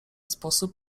sposób